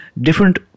different